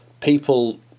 people